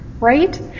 right